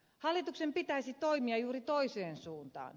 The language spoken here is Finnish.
hallituksen pitäisi toimia juuri toiseen suuntaan